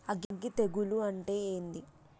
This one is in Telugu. అగ్గి తెగులు అంటే ఏంది?